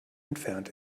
entfernt